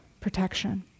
protection